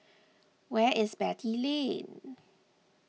where is Beatty Lane